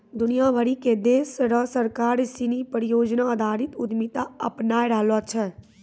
दुनिया भरी के देश र सरकार सिनी परियोजना आधारित उद्यमिता अपनाय रहलो छै